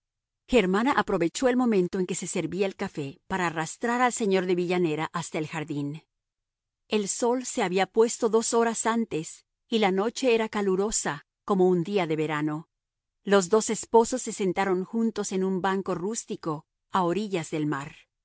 germana aprovechó el momento en que se servía el café para arrastrar al señor de villanera hasta el jardín el sol se había puesto dos horas antes y la noche era calurosa como un día de verano los dos esposos se sentaron juntos en un banco rústico a orillas del mar